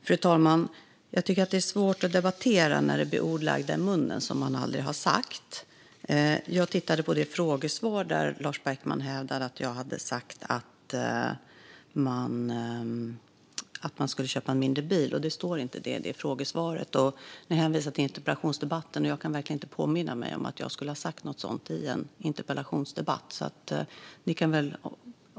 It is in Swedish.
Fru talman! Det är svårt att debattera när ord man aldrig har sagt läggs i munnen. Jag tittade på det frågesvar där Lars Beckman hävdar att jag har sagt att man ska köpa en mindre bil. Det står inte så i det frågesvaret. Ni hänvisar till interpellationsdebatten, och jag kan verkligen inte påminna mig att jag skulle ha sagt något sådant i en interpellationsdebatt.